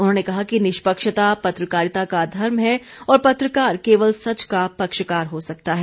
उन्होंने कहा कि निष्पक्षता पत्रकारिता का धर्म है और पत्रकार केवल सच का पक्षकार हो सकता है